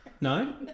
No